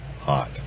hot